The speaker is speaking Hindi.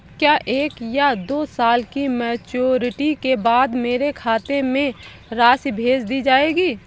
क्या एक या दो साल की मैच्योरिटी के बाद मेरे खाते में राशि भेज दी जाएगी?